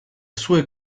sue